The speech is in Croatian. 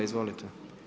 Izvolite.